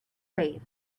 wave